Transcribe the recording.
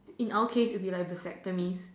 in our case it'll be like vasectomy